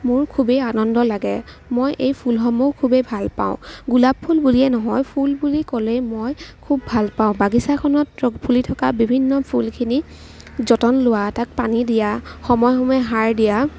মোৰ খুবেই আনন্দ লাগে মই এই ফুলসমূহ খুবেই ভাল পাওঁ গোলাপ ফুল বুলিয়েই নহয় ফুল বুলি ক'লেই মই খুব ভাল পাওঁ বাগিচাখনত ফুলি থকা বিভিন্ন ফুলখিনিৰ যতন লোৱা তাক পানী দিয়া সময়ে সময়ে সাৰ দিয়া